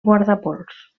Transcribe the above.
guardapols